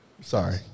Sorry